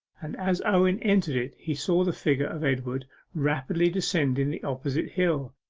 and as owen entered it he saw the figure of edward rapidly descending the opposite hill,